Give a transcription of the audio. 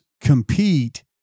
compete